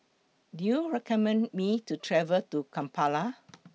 Do YOU recommend Me to travel to Kampala